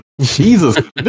Jesus